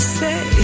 say